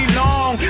long